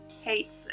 hates